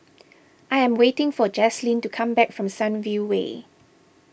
I am waiting for Jaslyn to come back from Sunview Way